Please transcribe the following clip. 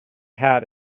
hat